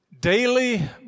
Daily